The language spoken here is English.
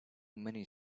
many